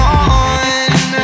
on